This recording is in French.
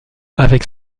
avec